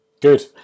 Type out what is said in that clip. Good